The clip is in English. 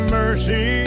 mercy